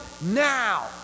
now